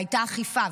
הייתה אכיפה,